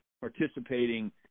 participating